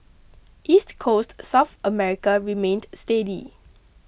East Coast South America remained steady